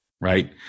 right